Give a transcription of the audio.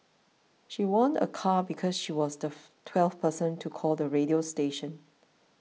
she won a car because she was the twelfth person to call the radio station